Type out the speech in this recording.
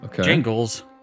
Jingles